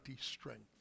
strength